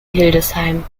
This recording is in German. hildesheim